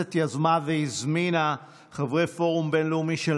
הכנסת יזמה והזמינה חברי פורום בין-לאומי של